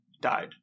died